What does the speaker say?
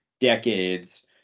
decades